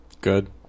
Good